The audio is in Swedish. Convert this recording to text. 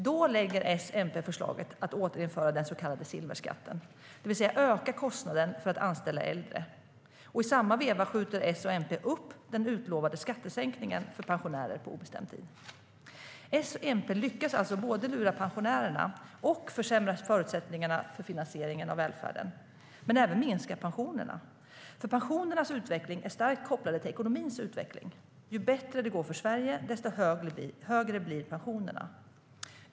Då lägger S och MP fram förslaget att återinföra den så kallade silverskatten, det vill säga öka kostnaden för att anställa äldre. I samma veva skjuter S och MP upp den utlovade skattesänkningen för pensionärer på obestämd tid. S och MP lyckas alltså både lura pensionärerna och försämra förutsättningarna för finansieringen av välfärden samt även minska pensionerna. Pensionernas utveckling är starkt kopplad till ekonomins utveckling. Ju bättre det går för Sverige, desto högre blir pensionerna.